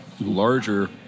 larger